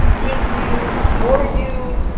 with you, for you,